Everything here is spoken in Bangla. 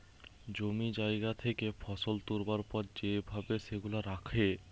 জমি জায়গা থেকে ফসল তুলবার পর যে ভাবে সেগুলা রাখে